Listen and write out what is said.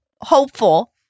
hopeful